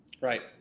Right